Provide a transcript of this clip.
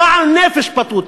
גועל נפש פשוט,